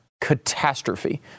catastrophe